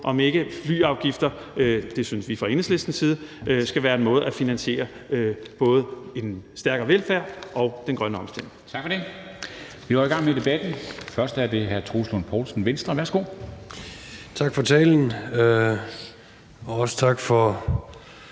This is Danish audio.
om ikke flyafgifter – det synes vi fra Enhedslistens side – skal være en måde at finansiere både en stærkere velfærd og den grønne omstilling